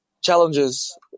challenges